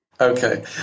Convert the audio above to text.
Okay